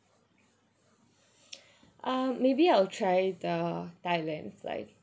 uh maybe I'll try the thailand flight